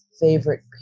favorite